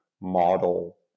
model